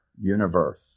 universe